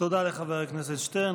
תודה לחבר הכנסת שטרן.